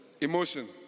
emotion